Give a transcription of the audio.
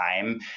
time